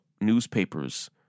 newspapers